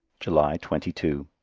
july twenty two